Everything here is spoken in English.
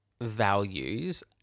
values